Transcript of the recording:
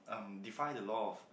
um define the law of